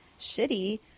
shitty